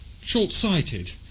short-sighted